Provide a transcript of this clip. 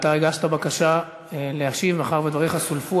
אתה הגשת בקשה להשיב מאחר שדבריך סולפו.